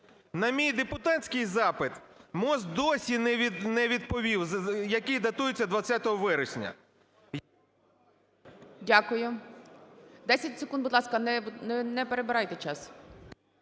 На мій депутатський запит МОЗ досі не відповів, який датується 20 вересня. ГОЛОВУЮЧИЙ. Дякую. 10 секунд, будь ласка, не перебирайте час.